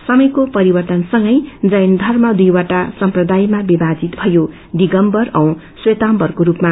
समयको परिवर्तनसंगै जैन धर्मका दुइवटा सम्प्रदायमा विभाजित भयो दिगम्बर औ श्वेताम्बरको रूपमा